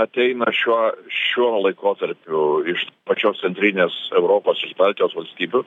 ateina šiou šiuo laikotarpiu iš pačios centrinės europos iš baltijos valstybių